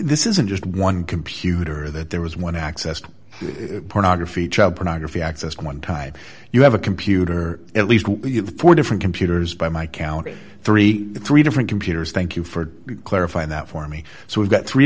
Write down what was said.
this isn't just one computer that there was one accessed it pornography child pornography accessed one time you have a computer at least four different computers by my count thirty three different computers thank you for clarifying that for me so we've got three